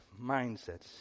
mindsets